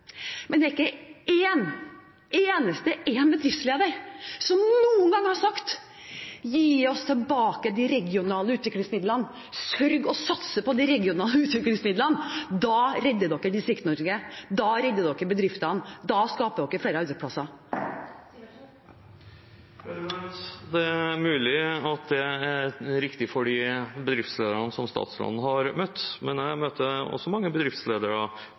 Men det er ikke en eneste bedriftsleder som noen gang har sagt: Gi oss tilbake de regionale utviklingsmidlene, sørg for å satse på de regionale utviklingsmidlene – da redder dere Distrikts-Norge, da redder dere bedriftene, da skaper dere flere arbeidsplasser. Det er mulig at det er riktig for de bedriftslederne som statsråden har møtt. Men jeg møter også mange bedriftsledere,